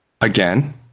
again